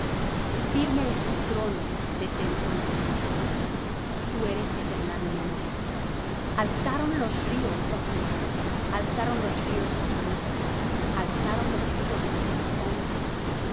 es tu trono desde entonces tú eres eternalmente alzaron los ríos oh jehová alzaron los ríos su sonido alzaron los ríos sus ondas